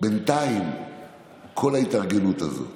בינתיים כל ההתארגנות הזאת